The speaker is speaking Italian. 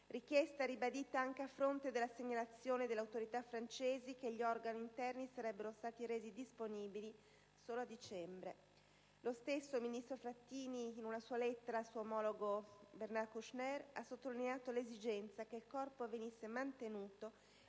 richiesta ribadita anche a fronte della segnalazione delle autorità francesi che gli organi interni sarebbero stati resi disponibili solo a dicembre. Lo stesso ministro Frattini, in una lettera al suo omologo francese Bernard Kouchner, ha sottolineato l'esigenza che il corpo venisse mantenuto